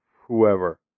whoever